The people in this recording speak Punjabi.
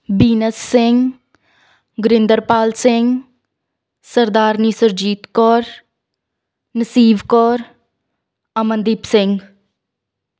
ਬੀਨਸ ਸਿੰਘ ਗੁਰਿੰਦਰ ਪਾਲ ਸਿੰਘ ਸਰਦਾਰਨੀ ਸੁਰਜੀਤ ਕੌਰ ਨਸੀਬ ਕੌਰ ਅਮਨਦੀਪ ਸਿੰਘ